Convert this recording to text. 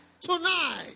Tonight